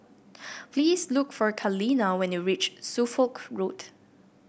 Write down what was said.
please look for Kaleena when you reach Suffolk Road